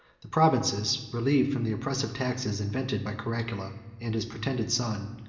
the provinces, relieved from the oppressive taxes invented by caracalla and his pretended son,